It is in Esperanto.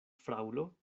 fraŭlo